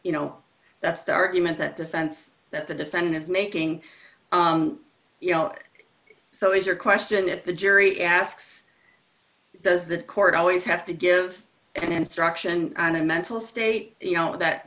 you know that's the argument that the sense that the defendant is making you know so is your question if the jury asks does the court always have to give an instruction on a mental state you know that